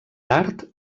tard